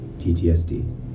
PTSD